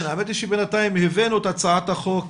האמת היא שבינתיים הבאנו את הצעת החוק